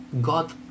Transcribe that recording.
God